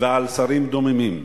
ועל שרים דוממים.